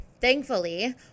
thankfully